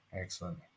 Excellent